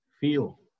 Feel